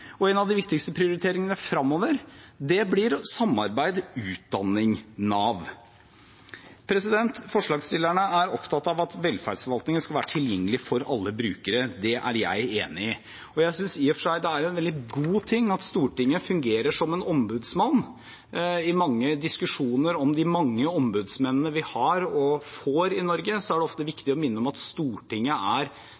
En av de viktigste prioriteringene fremover blir samarbeid utdanning–Nav. Forslagsstillerne er opptatt av at velferdsforvaltningen skal være tilgjengelig for alle brukere. Det er jeg enig i, og jeg synes i og for seg det er en veldig god ting at Stortinget fungerer som en ombudsmann. I mange diskusjoner om de mange ombudsmennene vi har og får i Norge, er det ofte